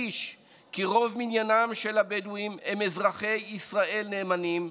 אדגיש כי רוב מניינם של הבדואים הם אזרחי ישראל נאמנים,